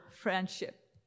friendship